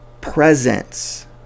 presence